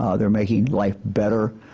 ah they are make life better